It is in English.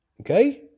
Okay